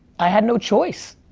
i had no choice.